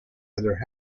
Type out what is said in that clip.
other